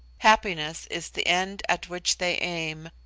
happiness is the end at which they aim,